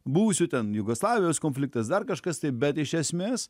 buvusių ten jugoslavijos konfliktas dar kažkas taip bet iš esmės